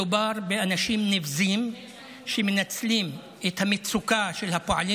מדובר באנשים נבזיים שמנצלים את המצוקה של הפועלים